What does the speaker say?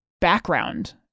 background